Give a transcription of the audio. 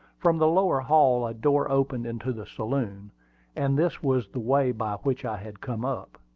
from the lower hall a door opened into the saloon and this was the way by which i had come up.